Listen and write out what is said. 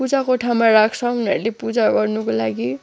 पूजाकोठामा राख्छ उनीहरूले पूजा गर्नुको लागि